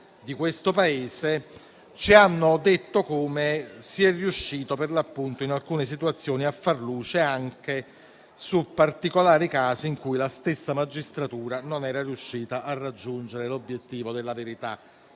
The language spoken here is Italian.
di questo Paese, si è riuscito, per l'appunto, in alcune situazioni, a far luce anche su particolari casi in cui la stessa magistratura non era riuscita a raggiungere l'obiettivo della verità.